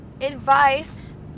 advice